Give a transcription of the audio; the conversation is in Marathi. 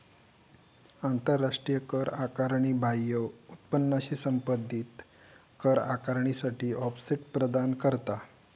आंतराष्ट्रीय कर आकारणी बाह्य उत्पन्नाशी संबंधित कर आकारणीसाठी ऑफसेट प्रदान करता